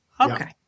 Okay